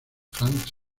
frank